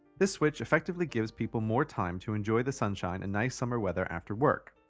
this switch effectively gives people more time to enjoy the sunshine and nice summer weather after work.